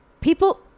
people –